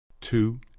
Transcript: two